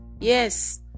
Yes